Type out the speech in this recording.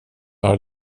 are